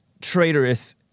traitorous